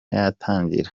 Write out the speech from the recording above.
yatangira